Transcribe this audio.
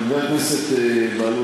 חבר הכנסת בהלול,